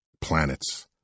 planets